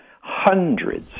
hundreds